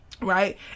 right